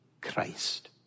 Christ